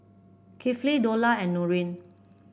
Kifli Dollah and Nurin